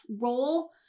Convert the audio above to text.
role